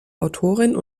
autorin